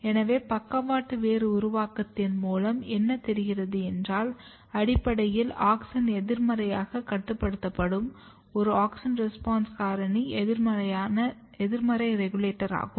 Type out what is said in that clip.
எனவே பக்கவாட்டு வேர் உருவாக்கத்தின் மூலன் என தெரிகிறது என்றால் அடிப்படியில் ஆக்ஸின் எதிர்மறையாக கட்டுப்படுத்தும் ஒரு ஆக்ஸின் ரெஸ்பான்ஸ் காரணியின் எதிர்மறை ரெகுலேட்டர் ஆகும்